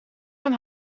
van